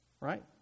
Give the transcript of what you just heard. right